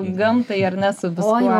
gamtai ar ne su viskuo